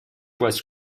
was